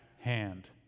hand